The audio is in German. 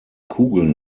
kugeln